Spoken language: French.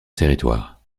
territoire